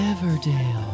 Everdale